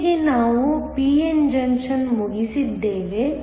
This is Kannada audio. ಇಲ್ಲಿಗೆ ನಾವು p n ಜಂಕ್ಷನ್ ಮುಗಿಸಿದ್ದೇವೆ